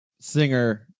singer